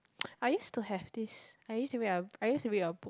I used to have this I used to read a I used to read a book